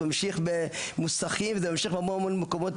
ממשיך למוסכים ומשם לעוד עסקים רבים.